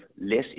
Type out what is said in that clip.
less